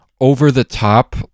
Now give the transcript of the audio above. over-the-top